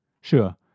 Sure